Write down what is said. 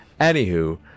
anywho